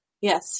Yes